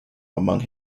among